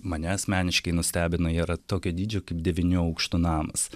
mane asmeniškai nustebino yra tokio dydžio kaip devynių aukštų namas